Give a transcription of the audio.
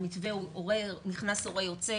המתווה הוא שהורה נכנס/הורה יוצא,